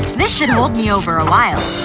this should hold me over a while.